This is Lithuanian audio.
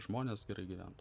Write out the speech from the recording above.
žmonės gerai gyventų